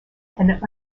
and